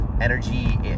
energy